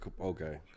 okay